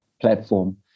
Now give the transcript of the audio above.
platform